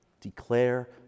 declare